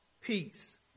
peace